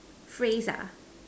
phrase